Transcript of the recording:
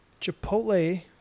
Chipotle